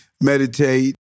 meditate